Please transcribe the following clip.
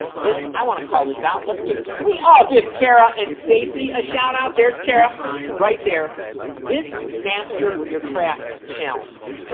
this i want to call this out let's give can we all give kara and stacy a shout out there's kara right there this master your craft challenge